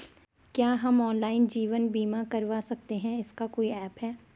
क्या हम ऑनलाइन जीवन बीमा करवा सकते हैं इसका कोई ऐप है?